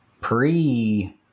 pre